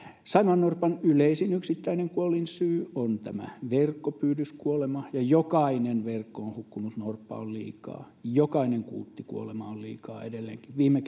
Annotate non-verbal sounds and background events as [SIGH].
saimaannorpan yleisin yksittäinen kuolinsyy on tämä verkkopyydyskuolema ja jokainen verkkoon hukkunut norppa on liikaa jokainen kuuttikuolema on liikaa edelleenkin viime [UNINTELLIGIBLE]